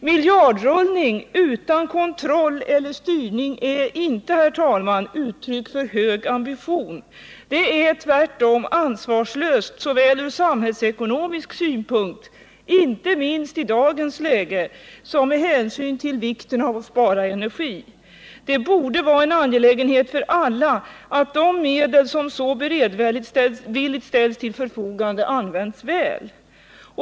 Miljardrullning utan kontroll eller styrning är, herr talman, inte uttryck för hög ambition. Det är tvärtom ansvarslöst såväl ur samhällsekonomisk synpunkt, inte minst i dagens läge, som med hänsyn till vikten av att spara energi. Det borde vara en angelägenhet för alla att de medel som med sådan beredvillighet ställs till förfogande används väl.